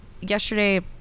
yesterday